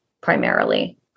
primarily